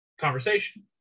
conversation